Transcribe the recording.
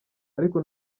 ariko